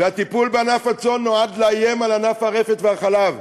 הטיפול בענף הצאן נועד לאיים על ענף הרפת והחלב,